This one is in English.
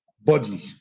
body